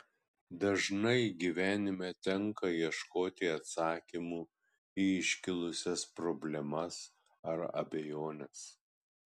dažnai gyvenime tenka ieškoti atsakymų į iškilusias problemas ar abejones